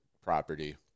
property